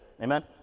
Amen